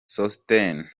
sosthene